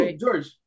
George